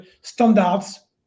standards